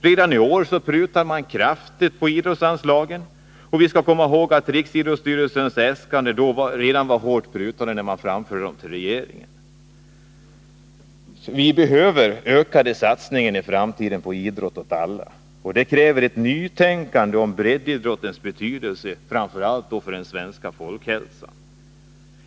Redan i år har man kraftigt prutat på idrottsanslagen. Vi skall komma ihåg att riksidrottsstyrelsens äskanden redan var hårt prutade när de framfördes till regeringen. Vi behöver i framtiden ökade satsningar på idrott åt alla. Det kräver ett nytänkande om breddidrottens betydelse framför allt för den svenska folkhälsan.